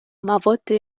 مواد